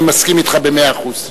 אני מסכים אתך במאה אחוז.